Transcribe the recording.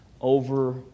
over